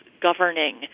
governing